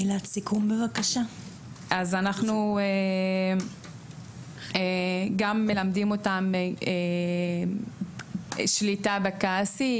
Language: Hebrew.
אז אנחנו גם מלמדים אותם על שליטה בכעסים,